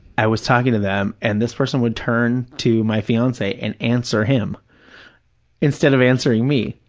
i was talking to them, and this person would turn to my fiance and answer him instead of answering me.